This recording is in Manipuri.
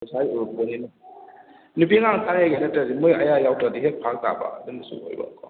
ꯄꯩꯁꯥꯒꯤ ꯑꯣꯏꯔꯛꯄꯅꯤꯅ ꯅꯨꯄꯤ ꯑꯉꯥꯡꯗ ꯍꯥꯏꯔꯒꯦ ꯅꯠꯇ꯭ꯔꯗꯤ ꯃꯣꯏ ꯑꯌꯥꯕ ꯌꯥꯎꯗ꯭ꯔꯗꯤ ꯍꯦꯛ ꯐꯔꯛ ꯇꯥꯕ ꯑꯗꯨꯅꯁꯨ ꯑꯣꯏꯕꯀꯣ